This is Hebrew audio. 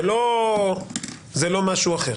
זה לא משהו אחר.